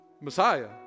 Messiah